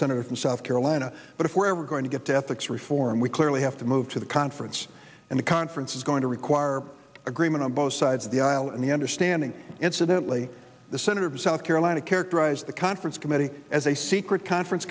senator from south carolina but if we're ever going to get to ethics reform we clearly have to move to the conference and the conference is going to require agreement on both sides of the aisle and the understanding incidentally the senator from south carolina characterized the conference committee as a secret conference